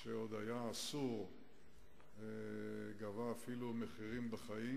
כשעוד היה אסור, גבה אפילו מחירים בנפש,